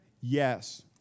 Yes